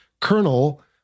Colonel